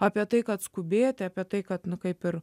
apie tai kad skubėti apie tai kad nu kaip ir